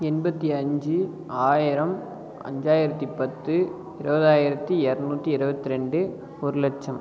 எண்பத்தி அஞ்சு ஆயிரம் அஞ்சாயிரத்தி பத்து இருபதாயிரத்தி இரநூற்றி இருபத்திரெண்டு ஒரு லட்சம்